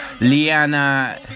Liana